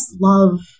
love